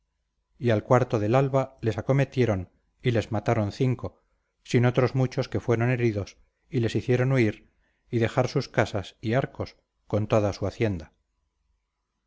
y al cuarto del alba les acometieron y les mataron cinco sin otros muchos que fueron heridos y les hicieron huir y dejar sus casas y arcos con toda su hacienda